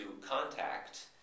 contact